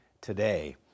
today